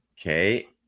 okay